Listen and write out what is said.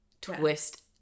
twist